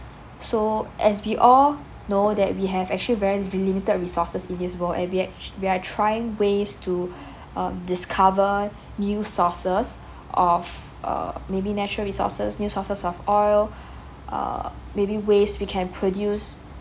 so as we all know that we have actually very limited resources in this world and we actual~ we are trying ways to um discover new sources of err maybe natural resources new sources of oil err maybe ways we can produce